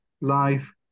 life